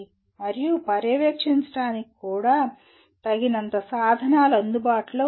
మరియు పర్యవేక్షించడానికి కూడా తగినంత సాధనాలు అందుబాటులో ఉన్నాయి